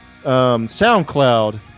SoundCloud